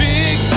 big